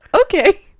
okay